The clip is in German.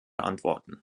antworten